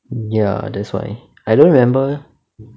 ya that's why I don't remember eh